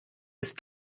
ist